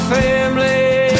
family